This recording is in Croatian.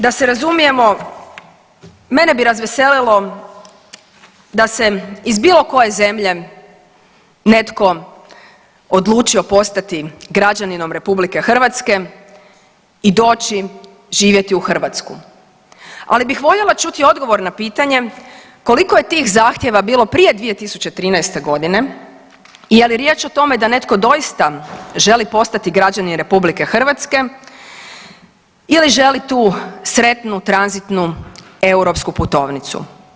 Da se razumijemo, mene bi razveselilo da se iz bilo koje zemlje netko odlučio postati građaninom RH i doći živjeti u Hrvatsku, ali bih voljela čuti odgovor na pitanje koliko je tih zahtjeva bilo prije 2013.g. i je li riječ o tome da netko doista želi postati građanin RH ili želi tu sretnu tranzitnu europsku putovnicu.